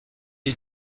did